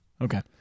okay